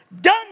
Done